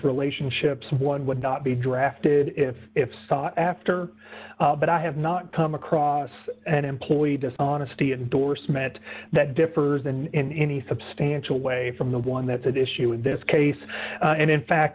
relationships one would not be drafted if it sought after but i have not come across an employee dishonesty endorsement that differs in any substantial way from the one that's at issue in this case and in fact